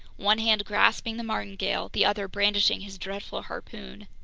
one hand grasping the martingale, the other brandishing his dreadful harpoon.